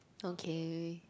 okay